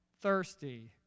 thirsty